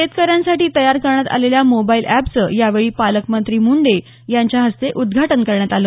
शेतकऱ्यांसाठी तयार करण्यात आलेल्या मोबाईल एपचं यावेळी पालकमंत्री मुंडे यांच्या हस्ते उद्घाटन करण्यात आलं